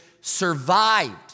survived